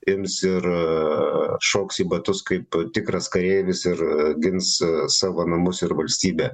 ims ir šoks į batus kaip tikras kareivis ir gins savo namus ir valstybę